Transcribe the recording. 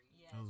Yes